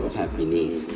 happiness